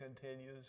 continues